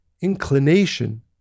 inclination